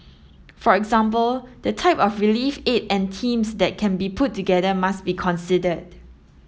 for example the type of relief aid and teams that can be put together must be considered